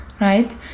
right